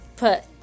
put